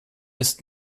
ist